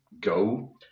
go